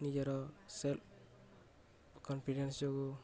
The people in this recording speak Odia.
ନିଜର ସେଲ୍ଫ କନଫିଡ଼େନ୍ସ ଯୋଗଁ